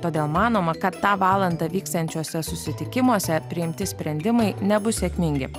todėl manoma kad tą valandą vyksiančiuose susitikimuose priimti sprendimai nebus sėkmingi